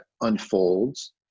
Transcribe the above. unfolds